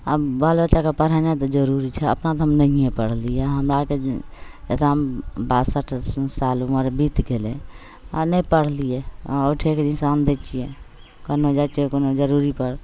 आब बाल बच्चाकेँ पढ़ेनाइ तऽ जरूरी छै अपना तऽ हम नहिए पढ़लिए हमरा आओरके एकदम बासठि साल उमरि बीति गेलै आओर नहि पढ़लिए औँठेके निशान दै छिए कनहु जाइ छिए तऽ कोनो जरूरीपर